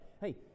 hey